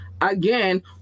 Again